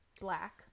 black